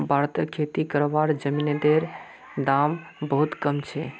भारतत खेती करवार जमीनेर दाम बहुत कम छे